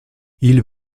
ils